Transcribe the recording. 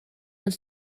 ond